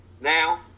Now